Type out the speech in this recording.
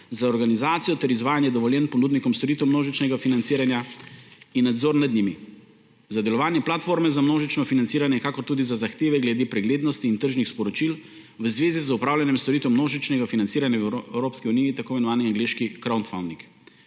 za organizacijo ter izvajanje dovoljenj ponudnikom storitev množičnega financiranja in nadzor nad njimi, za delovanje platforme za množično financiranje, kakor tudi za zahteve glede preglednosti in tržnih sporočil v zvezi z opravljanjem storitev množičnega financiranja v Evropski uniji, tako imenovani angleški crowfunding.